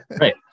Right